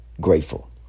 grateful